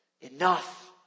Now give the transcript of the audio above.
Enough